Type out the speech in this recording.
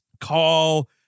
call